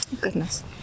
Goodness